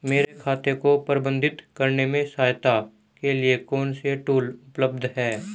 मेरे खाते को प्रबंधित करने में सहायता के लिए कौन से टूल उपलब्ध हैं?